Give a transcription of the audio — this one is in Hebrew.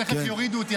תכף יורידו אותי,